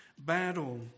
battle